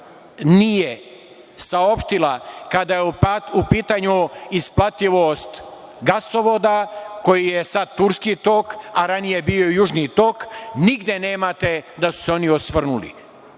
nije saopštila kada je u pitanju isplativost gasovoda koji je sada Turski tok, a ranije je bio Južni tok, nigde nemate da su se oni osvrnuli.